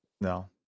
no